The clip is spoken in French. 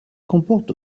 comporte